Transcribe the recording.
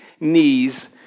knees